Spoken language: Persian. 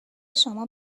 شما